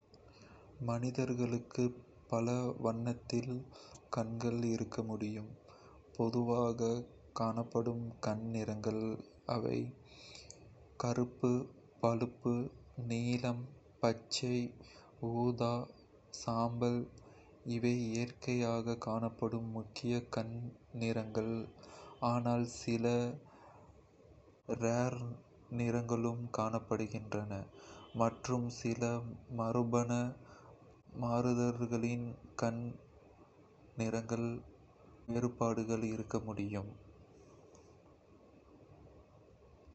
மனிதர்களுக்கு பல வண்ணத்தில் கண்கள் இருக்க முடியும். பொதுவாக காணப்படும் கண் நிறங்கள் இவை கருப்பு பழுப்பு நீலம் பச்சை ஊதா சாம்பல் இவை இயற்கையாக காணப்படும் முக்கிய கண் நிறங்கள். ஆனால், சில rare நிறங்களும் காணப்படுகின்றன, மற்றும் சில மரபணு மாறுதல்களினாலும் கண் நிறங்களில் வேறுபாடுகள் இருக்க முடியும்.